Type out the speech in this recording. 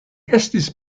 estis